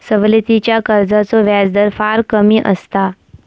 सवलतीच्या कर्जाचो व्याजदर फार कमी असता